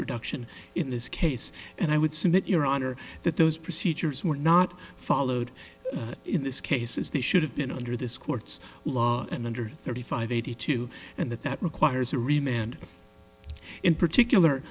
reduction in this case and i would submit your honor that those procedures were not followed in this case is that should have been under this court's law and under thirty five eighty two and that that requires a remained in particular